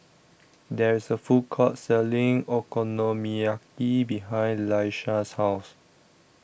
There IS A Food Court Selling Okonomiyaki behind Laisha's House